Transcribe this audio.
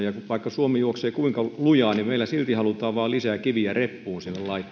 ja vaikka suomi juoksee kuinka lujaa niin meillä silti halutaan vain laittaa lisää kiviä reppuun